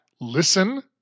listen